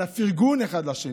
על הפרגון אחד לשני.